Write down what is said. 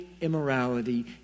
immorality